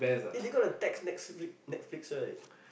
it did they got to text Netflix Netflix right